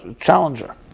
challenger